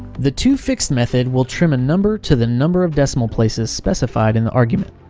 the tofixed method will trim a number to the number of decimal places specified in the argument.